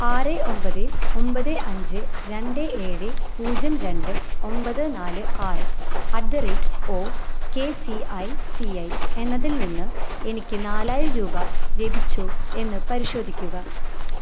ഒമ്പത് ഒമ്പത് അഞ്ച് രണ്ട് ഏഴ് പൂജ്യം രണ്ട് ഒമ്പത് നാല് ആറ് at the rate O K C I C I എന്നതിൽ നിന്ന് എനിക്ക് നാലായിരം രൂപ ലഭിച്ചോ എന്നു പരിശോധിക്കുക